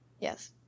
Yes